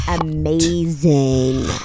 amazing